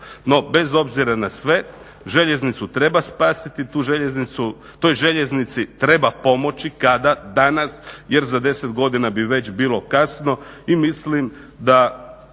No bez obzira na sve željeznicu treba spasiti, toj željeznici treba pomoći. Kada? Danas jer za 10 godina bi već bilo kasno i mislim da